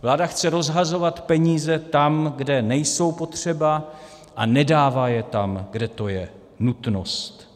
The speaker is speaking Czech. Vláda chce rozhazovat peníze tam, kde nejsou potřeba, a nedává je tam, kde to je nutnost.